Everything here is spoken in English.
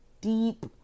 deep